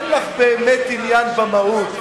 אין לך באמת עניין במהות.